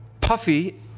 Puffy